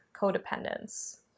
codependence